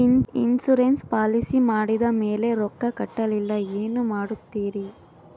Insurance policy ಮಾಡಿದ ಮೇಲೆ ರೊಕ್ಕ ಕಟ್ಟಲಿಲ್ಲ ಏನು ಮಾಡುತ್ತೇರಿ?